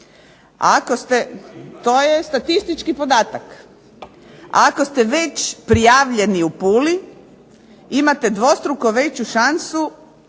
ako ste već prijavljeni u Puli imate dvostruko veću šansu